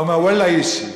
הוא אמר: ואללה אישי.